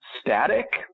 static